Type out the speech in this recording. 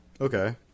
Okay